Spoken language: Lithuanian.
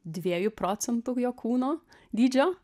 dviejų procentų jo kūno dydžio